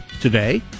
today